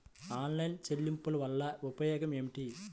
Online చెల్లింపుల వల్ల ఉపయోగమేమిటీ?